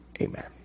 Amen